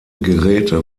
geräte